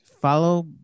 follow